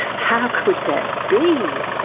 how could that be?